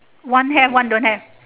one have one don't have